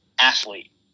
athlete